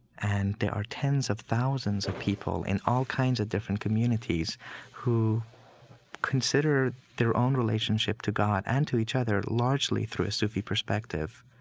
and there are tens of thousands of people in all kinds of different communities who consider their own relationship to god and to each other largely through a sufi perspective.